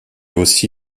aussi